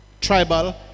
tribal